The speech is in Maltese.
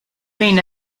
fejn